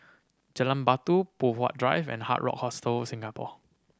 Jalan Batu Poh Huat Drive and Hard Rock Hostel Singapore